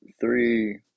three